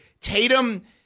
Tatum